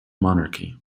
monarchy